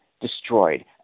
destroyed